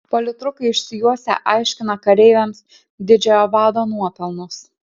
politrukai išsijuosę aiškina kareiviams didžiojo vado nuopelnus